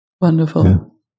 Wonderful